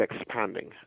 expanding